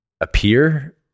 appear